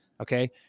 Okay